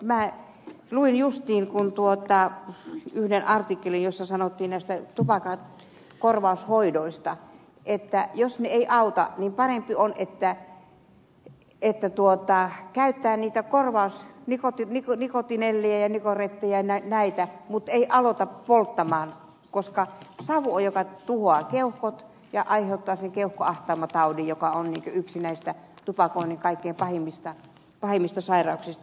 minä luin justiin yhden artikkelin jossa sanottiin näistä tupakan korvaushoidoista että jos ne eivät auta niin parempi on että käyttää nicotinelliä ja nicoretteä mutta ei aloita polttamista koska savu on se joka tuhoaa keuhkot ja aiheuttaa keuhkoahtaumataudin joka on yksi näistä tupakoinnin aiheuttamista kaikkein pahimmista sairauksista